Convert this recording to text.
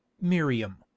Miriam